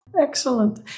Excellent